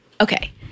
Okay